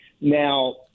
Now